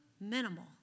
minimal